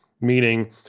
meaning